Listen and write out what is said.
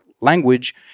language